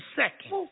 second